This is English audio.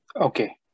Okay